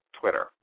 Twitter